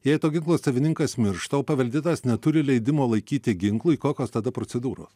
jei to ginklo savininkas miršta o paveldėtas neturi leidimo laikyti ginklui kokios tada procedūros